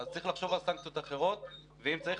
אז צריך לחשוב על סנקציות אחרות ואם צריך,